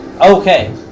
Okay